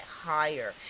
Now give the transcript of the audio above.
higher